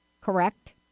correct